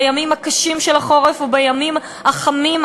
בימים הקשים של החורף ובימים החמים,